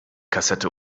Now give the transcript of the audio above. kassette